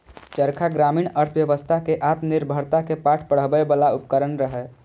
चरखा ग्रामीण अर्थव्यवस्था कें आत्मनिर्भरता के पाठ पढ़बै बला उपकरण रहै